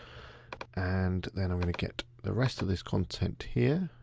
and then i'm gonna get the rest of this content here.